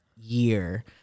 year